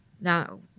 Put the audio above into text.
now